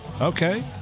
Okay